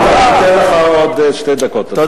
חבר הכנסת מולה,